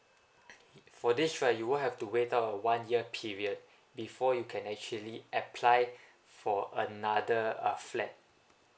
for this right you will have to wait out a one year period before you can actually apply for another uh flat